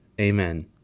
Amen